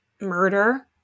Murder